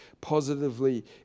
positively